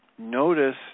Notice